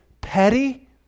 petty